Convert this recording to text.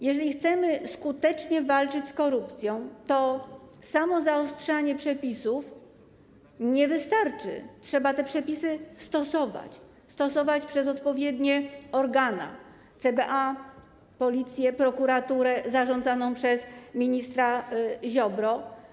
Jeżeli chcemy skutecznie walczyć z korupcją, to samo zaostrzanie przepisów nie wystarczy, te przepisy muszą być stosowane, i to przez odpowiednie organa: CBA, Policję, prokuraturę zarządzaną przez ministra Ziobro.